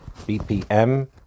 BPM